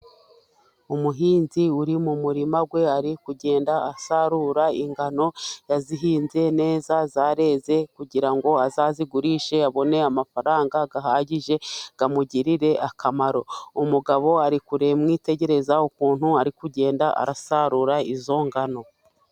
Umuhinzi uri mu murima we ari kugenda asarura ingano. Yazihinze neza, zareze kugira ngo azazigurishe abone amafaranga ahagije, amugirire akamaro. Umugabo ari kumwitegereza, ukuntu ari kugenda arasarura izo ngano.